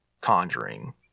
conjuring